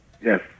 Yes